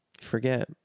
Forget